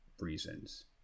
reasons